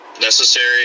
necessary